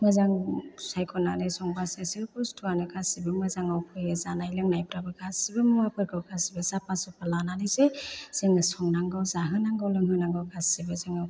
मोजां सायख'नानै संबासो सोब बुस्थुवानो गासिबो मोजाङाव फैयो जानाय लोंनायफ्राबो गासिबो मुवाफोरखौ गासिबो साफा सुफा लानानैसो जोङो संनांगौ जाहोनांगौ लोंहोनांगौ गासिबो जोङो